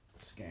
scam